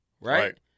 Right